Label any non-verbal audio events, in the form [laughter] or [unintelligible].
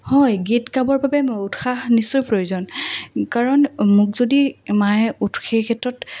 হয় গীত গাবৰ বাবে মই উৎসাহ নিশ্চয় প্ৰয়োজন কাৰণ মোক যদি মায়ে [unintelligible] সেই ক্ষেত্ৰত